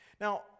Now